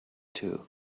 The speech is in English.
too